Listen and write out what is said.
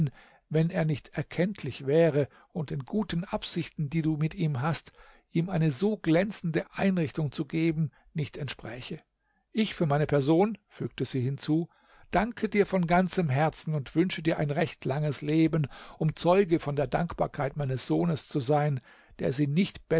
wenn er nicht erkenntlich wäre und den guten absichten die du mit ihm hast ihm eine so glänzende einrichtung zu geben nicht entspräche ich für meine person fügte sie hinzu danke dir von ganzem herzen und wünsche dir ein recht langes leben um zeuge von der dankbarkeit meines sohnes zu sein der sie nicht